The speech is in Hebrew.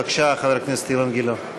בבקשה, חבר הכנסת אילן גילאון.